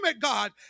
God